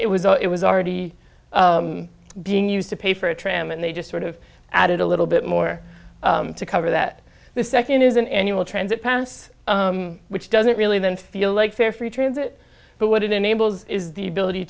it was all it was already being used to pay for a tram and they just sort of added a little bit more to cover that the second is an annual transit pass which doesn't really didn't feel like fare free transit but what it enables is the ability